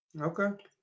Okay